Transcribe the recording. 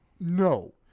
no